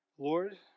Lord